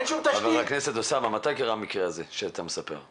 חבר הכנסת אוסאמה, מתי קרה המקרה שאתה מספר עליו?